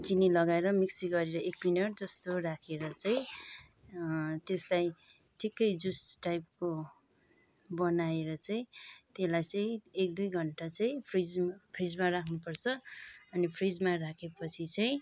चिनी लगाएर मिक्सी गरेर एक मिनट जस्तो राखेर चाहिँ त्यसलाई ठिकै जुस टाइपको बनाएर चाहिँ त्यसलाई चाहिँ एक दुई घन्टा चाहिँ फ्रिजमा फ्रिजमा राख्नु पर्छ अनि फ्रिजमा राखे पछि चाहिँ